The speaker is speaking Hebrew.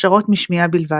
השרות משמיעה בלבד,